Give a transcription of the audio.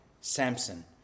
Samson